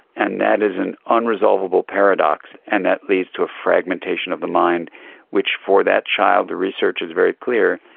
and that is an unresolvable paradox, and that leads to a fragmentation of the mind which for that child, the research is very clear,